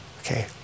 Okay